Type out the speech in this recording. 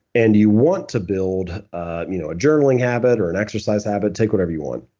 and you you want to build a you know journaling habit or an exercise habit, take whatever you want